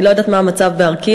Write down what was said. אני לא יודעת מה המצב ב"ארקיע".